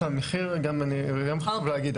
גם חשוב להגיד,